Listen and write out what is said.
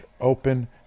Open